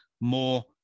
more